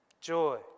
joy